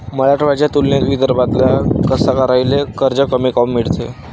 मराठवाड्याच्या तुलनेत विदर्भातल्या कास्तकाराइले कर्ज कमी काऊन मिळते?